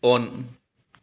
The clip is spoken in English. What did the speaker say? on